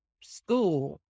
school